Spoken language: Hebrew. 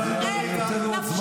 אני לא --- תכבד את עצמך.